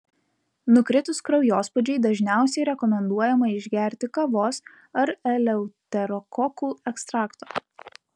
nukritus kraujospūdžiui dažniausiai rekomenduojama išgerti kavos ar eleuterokokų ekstrakto